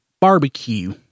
barbecue